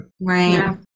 right